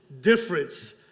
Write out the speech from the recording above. difference